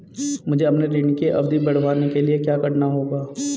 मुझे अपने ऋण की अवधि बढ़वाने के लिए क्या करना होगा?